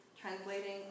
translating